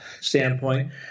standpoint